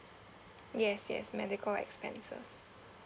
yes yes medical expenses